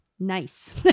nice